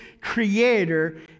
creator